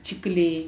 चिकले